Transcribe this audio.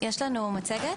יש לנו מצגת.